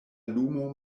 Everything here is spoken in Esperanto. lumo